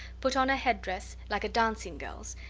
put on a head-dress like a dancing-girl's,